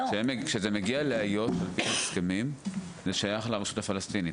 כשזה מגיע לאיו"ש, זה שייך לרשות הפלסטינית.